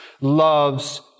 loves